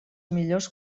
millors